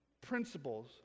principles